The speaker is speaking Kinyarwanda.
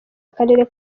akarere